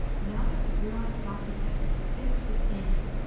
now that the xerox docuenter has finish the scanning,